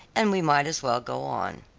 and we might as well go on.